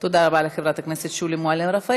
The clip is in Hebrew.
תודה רבה לחברת הכנסת שולי מועלם-רפאלי.